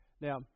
Now